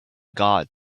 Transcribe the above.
got